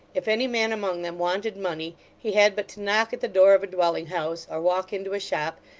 if any man among them wanted money, he had but to knock at the door of a dwelling-house, or walk into a shop,